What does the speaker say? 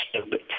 stupid